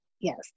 Yes